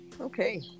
Okay